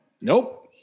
Nope